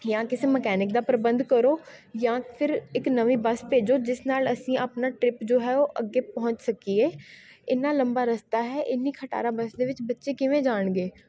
ਜਾਂ ਕਿਸੇ ਮਕੈਨਿਕ ਦਾ ਪ੍ਰਬੰਧ ਕਰੋ ਜਾਂ ਫਿਰ ਇੱਕ ਨਵੀਂ ਬੱਸ ਭੇਜੋ ਜਿਸ ਨਾਲ ਅਸੀਂ ਆਪਣਾ ਟਰਿੱਪ ਜੋ ਹੈ ਉਹ ਅੱਗੇ ਪਹੁੰਚ ਸਕੀਏ ਇੰਨਾਂ ਲੰਬਾ ਰਸਤਾ ਹੈ ਇੰਨੀ ਖਟਾਰਾ ਬੱਸ ਦੇ ਵਿੱਚ ਬੱਚੇ ਕਿਵੇਂ ਜਾਣਗੇ